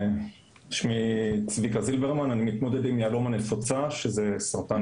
אני מתמודד עם מיאלומה נפוצה שזה סרטן